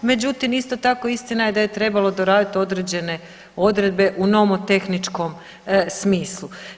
Međutim, isto tako istina je da je trebalo doraditi određene odredbe u nomotehničkom smislu.